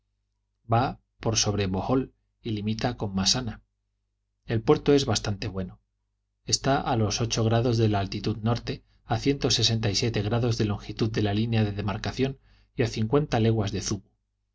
va por sobre bohol y limita con massana el puerto es bastante bueno está a los ocho grados de latitud norte a grados de longitud de la línea de demarcación y a cincuenta leguas de zubu